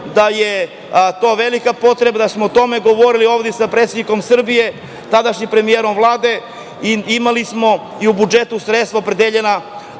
da je to velika potreba, da smo o tome govorili ovde i sa predsednikom Srbije, tadašnjim premijerom Vlade, imali smo i u budžetu sredstva opredeljena,